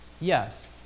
Yes